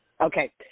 Okay